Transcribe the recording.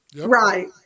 Right